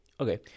Okay